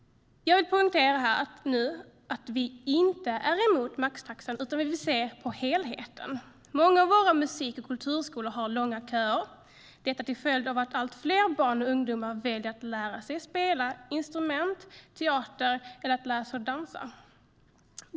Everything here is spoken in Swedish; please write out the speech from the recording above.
Jag vill poängtera här och nu att vi inte är emot maxtaxan utan vill se på helheten. Många av våra musik och kulturskolor har långa köer till följd av att allt fler barn och ungdomar väljer att lära sig spela instrument eller teater eller lära sig att dansa.